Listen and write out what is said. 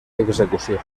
execució